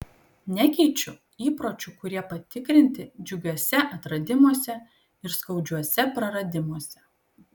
nekeičiu įpročių kurie patikrinti džiugiuose atradimuose ir skaudžiuose praradimuose